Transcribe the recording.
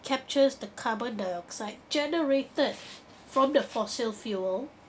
captures the carbon dioxide generated from the fossil fuel